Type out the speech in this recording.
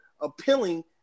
appealing